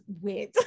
weird